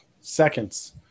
seconds